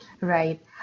right